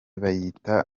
bayita